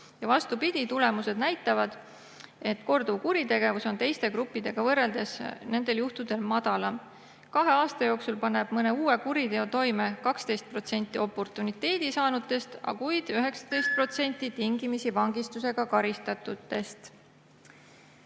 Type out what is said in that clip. Vastupidi, tulemused näitavad, et korduvkuritegevus on teiste gruppidega võrreldes nendel juhtudel madalam. Kahe aasta jooksul paneb mõne uue kuriteo toime 12% oportuniteedi saanutest, kuid 19% tingimisi vangistusega karistatutest.